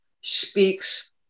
speaks